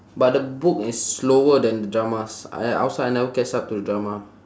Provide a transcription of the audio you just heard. but the book is slower than the dramas I outside I never catch up to the drama